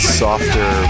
softer